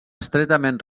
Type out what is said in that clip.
estretament